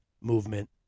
movement